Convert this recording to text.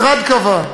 המשרד קבע,